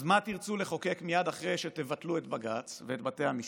אז מה תרצו לחוקק מייד אחרי שתבטלו את בג"ץ ואת בתי המשפט?